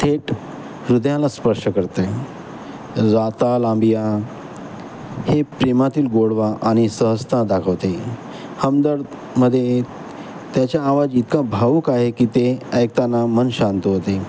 थेट हृदयाला स्पर्श करते राता लंबिया हे प्रेमातील गोडवा आणि सहजता दाखवते हमदर्दमध्ये त्याच्या आवाज इतका भाऊक आहे की ते ऐकताना मन शांत होते